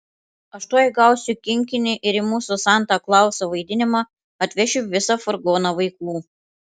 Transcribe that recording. aš tuoj gausiu kinkinį ir į mūsų santa klauso vaidinimą atvešiu visą furgoną vaikų